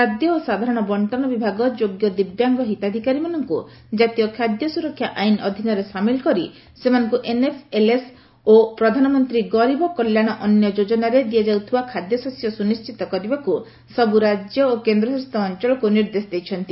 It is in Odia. ଖାଦ୍ୟ ଓ ସାଧାରଣ ବଣ୍ଟନ ବିଭାଗ ଯୋଗ୍ୟ ଦିବ୍ୟାଙ୍ଗ ହିତାଧିକାରୀମାନଙ୍କ ଜାତୀୟ ଖାଦ୍ୟ ସୂରକ୍ଷା ଆଇନ ଅଧୀନରେ ସାମିଲ୍ କରି ସେମାନଙ୍କୁ ଏନ୍ଏଫ୍ଲଏସ୍ଏ ଓ ପ୍ରଧାନମନ୍ତ୍ରୀ ଗରିବ କଲ୍ୟାଣ ଅନୁ ଯୋଜନାରେ ଦିଆଯାଉଥିବା ଖାଦ୍ୟଶସ୍ୟ ସ୍ତନିଶ୍ଚିତ କରିବାକୁ ସବୁ ରାଜ୍ୟ ଓ କେନ୍ଦ୍ରଶାସିତ ଅଞ୍ଚଳକୁ ନିର୍ଦ୍ଦେଶ ଦେଇଛନ୍ତି